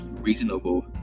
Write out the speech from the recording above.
reasonable